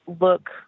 look